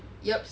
yups